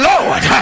Lord